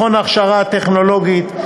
9. מכון הכשרה טכנולוגית,